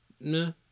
no